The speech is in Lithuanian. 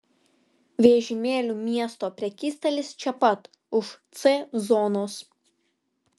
vežimėlių miesto prekystalis čia pat už c zonos